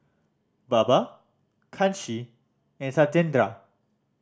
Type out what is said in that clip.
Baba Kanshi and Satyendra